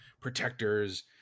Protectors